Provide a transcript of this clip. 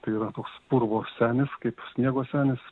tai yra toks purvo senis kaip sniego senis